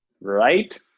right